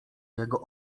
jego